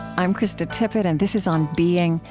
i'm krista tippett, and this is on being.